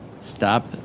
Stop